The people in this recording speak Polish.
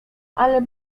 ale